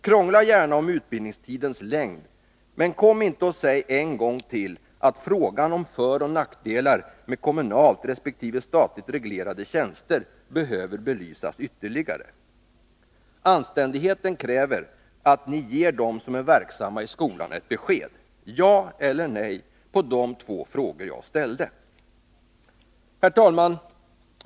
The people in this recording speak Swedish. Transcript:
Krångla gärna om utbildningstidens längd, men kom inte och säg en gång till att frågan om föroch nackdelar med kommunalt resp. statligt reglerade tjänster behöver belysas ytterligare. Anständigheten kräver att ni ger dem som är verksamma i skolan ett besked. Svara ja eller nej på de två frågor jag ställde! Herr talman!